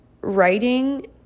writing